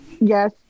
Yes